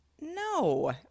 No